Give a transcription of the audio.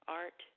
art